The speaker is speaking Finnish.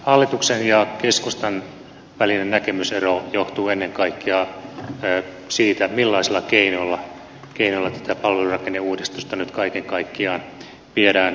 hallituksen ja keskustan välinen näkemysero johtuu ennen kaikkea siitä millaisilla keinoilla tätä palvelurakenneuudistusta nyt kaiken kaikkiaan viedään eteenpäin